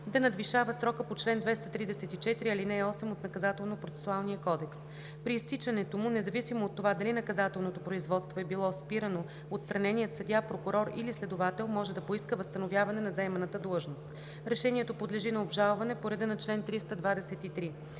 да надвишава срока по чл. 234, ал. 8 от Наказателно-процесуалния кодекс. При изтичането му, независимо от това дали наказателното производство е било спирано, отстраненият съдия, прокурор или следовател може да поиска възстановяване на заеманата длъжност. Решението подлежи на обжалване по реда на чл. 323.